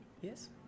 yes